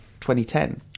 2010